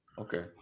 Okay